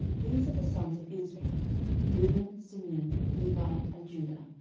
these are the sons of israel reuben, simeon, levi, and judah,